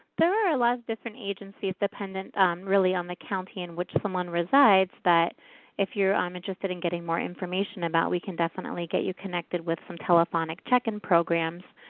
there are a lot of different agencies dependent really on the county in which someone resides, that if you're um interested in getting more information about we can definitely get you connected with some telephonic check-in programs.